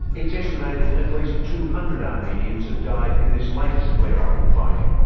it's estimated at least two hundred armenians have died in this latest flare-up in fighting.